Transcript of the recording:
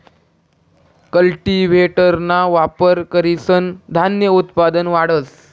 कल्टीव्हेटरना वापर करीसन धान्य उत्पादन वाढस